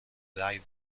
die